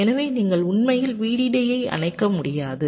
எனவே நீங்கள் உண்மையில் VDD ஐ அணைக்க முடியாது